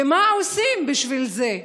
ומה עושים בשביל זה?